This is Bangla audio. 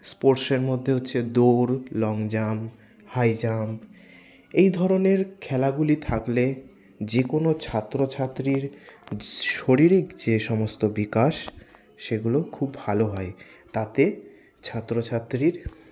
স্পোর্টসের মধ্যে হচ্ছে দৌঁড় লং জাম্প হাই জাম্প এই ধরনের খেলাগুলি থাকলে যেকোনো ছাত্রছাত্রীর শারীরিক যে সমস্ত বিকাশ সেগুলো খুব ভালো হয় তাতে ছাত্রছাত্রীর